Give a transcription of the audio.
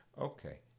Okay